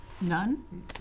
None